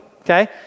okay